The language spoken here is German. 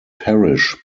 parish